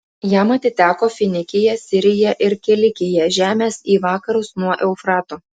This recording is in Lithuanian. jam atiteko finikija sirija ir kilikija žemės į vakarus nuo eufrato